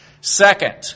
Second